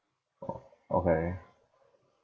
orh okay